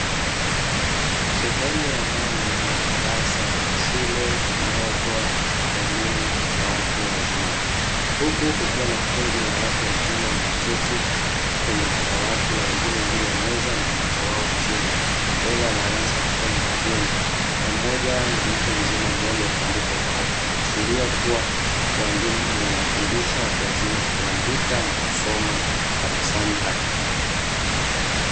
Sehemu ya ndani ya darasa la shule inayotoa elimu ya watu wazima huku kukiwa na kundi la watu wazima wameketi kwenye madawati na wengine juu ya meza na mmoja wao chini na mbele ya darasa kukiwa na mwalimu, pamoja na mtu mzima mmoja akiandika ubaoni kuashiria kuwa walimu wanafundisha watu wazima kuandika na kusoma darasani hapo.